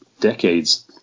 decades